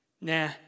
nah